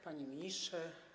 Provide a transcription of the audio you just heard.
Panie Ministrze!